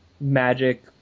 magic